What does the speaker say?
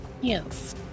Yes